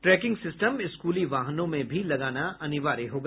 trekking system स्कूली वाहनों में भी लगाना अनिवार्य होगा